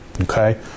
Okay